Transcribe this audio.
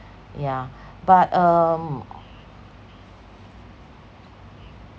yeah but um